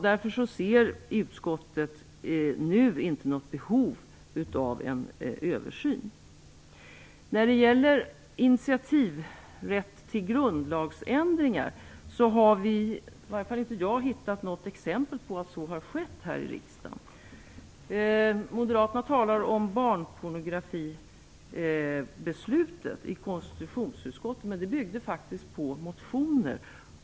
Därför ser utskottet nu inte något behov av en översyn. När det gäller initiativrätt till grundlagsändringar har vi inte hittat något exempel på att så har skett här i riksdagen, i varje fall inte jag. Moderaterna talar om barnpornografibeslutet i konstitutionsutskottet, men det byggde faktiskt på motioner.